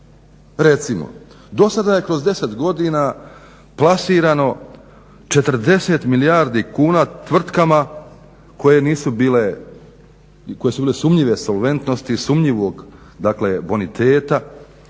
Recimo, dosada je kroz 10 godina plasirano 40 milijardi kuna tvrtkama koje su bile sumnjive solventnosti, sumnjivog boniteta,